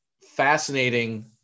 fascinating